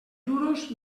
duros